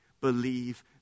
Believe